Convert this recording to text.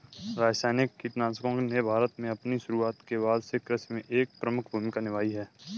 रासायनिक कीटनाशकों ने भारत में अपनी शुरूआत के बाद से कृषि में एक प्रमुख भूमिका निभाई है